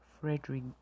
Frederick